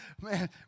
man